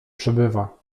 przebywa